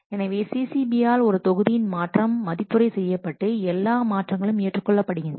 எனவே CCB யால் ஒரு தொகுதியின் மாற்றம் மதிப்புரை செய்யப்பட்டு எல்லா மாற்றங்களும் ஏற்றுக்கொள்ளப்படுகின்றன